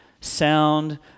sound